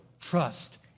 trust